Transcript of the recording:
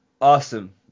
Awesome